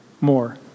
more